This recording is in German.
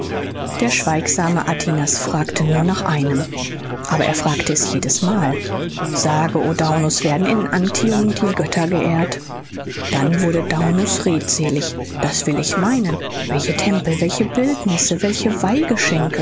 der schweigsame atinas fragte nur nach einem aber er fragte es jedes mal sage o daunus werden in antium die götter geehrt dann wurde dauuus redselig das will ich meinen welche tempel welche bildnisse welche